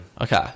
Okay